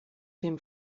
dem